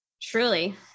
truly